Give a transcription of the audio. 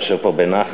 אתה יושב פה בנחת,